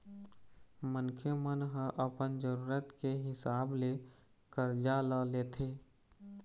मनखे मन ह अपन जरुरत के हिसाब ले करजा ल लेथे